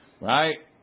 Right